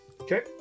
okay